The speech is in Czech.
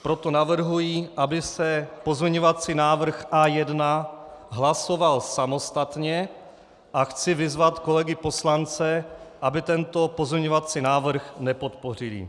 Proto navrhuji, aby se pozměňovací návrh A1 hlasoval samostatně, a chci vyzvat kolegy poslance, aby tento pozměňovací návrh nepodpořili.